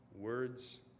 words